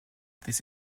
this